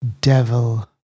Devil